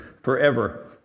forever